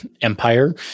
Empire